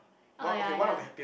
ah ya ya